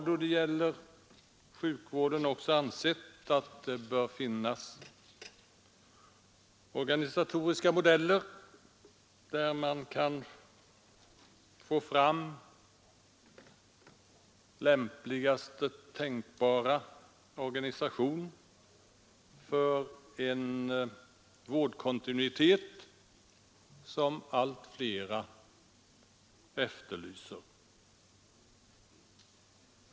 Då det gäller sjukvården har vi ansett att det bör finnas organisatoriska modeller, så att man kan få fram lämpligast tänkbara organisation för den vårdkontinuitet som allt flera efterlyser.